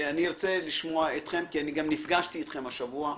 אני ארצה לשמוע אתכם כי אני גם נפגשתי איתכם השבוע.